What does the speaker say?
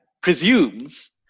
presumes